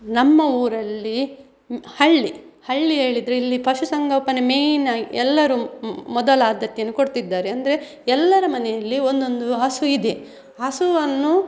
ನಮ್ಮ ಊರಲ್ಲಿ ಹಳ್ಳಿ ಹಳ್ಳಿ ಹೇಳಿದ್ರೆ ಇಲ್ಲಿ ಪಶುಸಂಗೋಪನೆ ಮೇಯ್ನ್ ಆಯ್ತು ಎಲ್ಲರೂ ಮೊದಲ ಆದ್ಯತೆಯನ್ನು ಕೊಡ್ತಿದ್ದಾರೆ ಅಂದರೆ ಎಲ್ಲರ ಮನೆಯಲ್ಲಿ ಒಂದೊಂದು ಹಸು ಇದೆ ಹಸುವನ್ನು